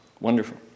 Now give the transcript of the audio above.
Wonderful